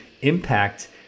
impact